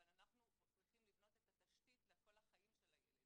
אבל אנחנו צריכים לבנות את התשתית לכל החיים של הילד